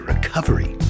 Recovery